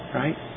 right